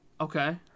Okay